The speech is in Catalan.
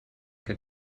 que